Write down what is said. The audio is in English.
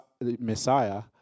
Messiah